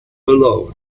alone